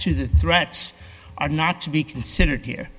to the threats are not to be considered here